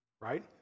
right